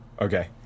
Okay